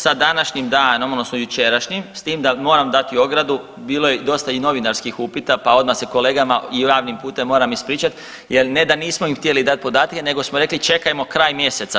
Sa današnjim danom odnosno s jučerašnjim s tim da moram dati ogradu, bilo je dosta i novinarskih upita pa odmah se kolega i javnim putem moram ispričati jer ne da nismo im htjeli dati podatke nego smo rekli čekajmo kraj mjeseca.